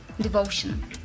devotion